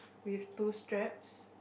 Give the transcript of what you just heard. with two straps